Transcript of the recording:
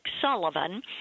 Sullivan